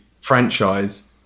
franchise